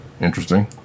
interesting